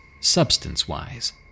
substance-wise